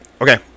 Okay